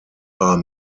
are